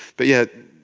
but yet,